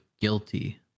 Guilty